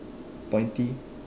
pointy